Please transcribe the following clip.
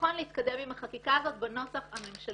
נכון להתקדם עם החקיקה הזאת בנוסח הממשלתי.